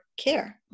care